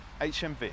HMV